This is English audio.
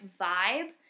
vibe